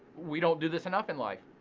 we don't do this enough in life.